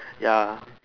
ya